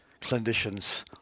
clinicians